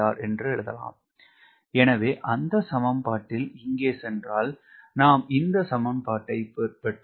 எனவே எனவே அந்த சமன்பாட்டில் இங்கே சென்றால் நாம் இந்த சமன்பாட்டை பெற்றோம்